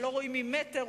ולא רואים ממטר,